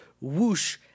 whoosh